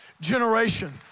generation